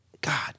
God